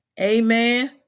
Amen